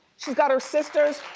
she's got her sisters,